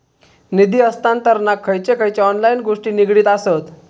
निधी हस्तांतरणाक खयचे खयचे ऑनलाइन गोष्टी निगडीत आसत?